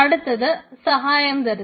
അടുത്തത് സഹായം തരുന്നത്